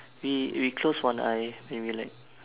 we we close one eye when we like